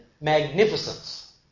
magnificence